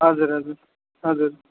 हजुर हजुर हजुर